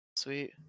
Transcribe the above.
sweet